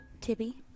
Tibby